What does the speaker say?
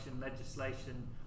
legislation